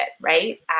right